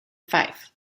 fife